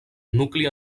nucli